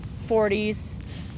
40s